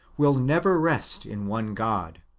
will never rest in one god.